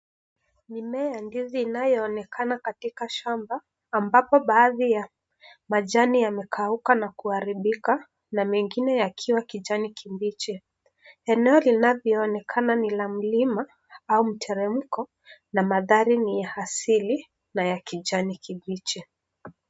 Mmea wa ndizi unaonekana katika shamba, ambapo baadhi ya majani yamekauka na kuharibika na mengine yakiwa kijani kibichi. Eneo linavyoonekana ni la mlima au mteremko na mandhari ni ya asili na kijani kibichi.